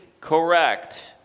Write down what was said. correct